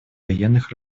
военных